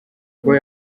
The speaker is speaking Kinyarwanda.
kuba